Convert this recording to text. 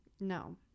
No